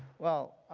well,